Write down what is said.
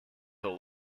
till